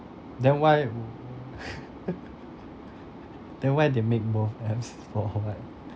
then why then why they make both apps for what